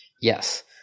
Yes